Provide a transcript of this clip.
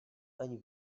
ani